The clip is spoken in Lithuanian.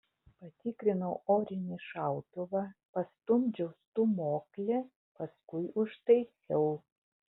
patikrinau orinį šautuvą pastumdžiau stūmoklį paskui užtaisiau